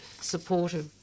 supportive